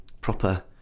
proper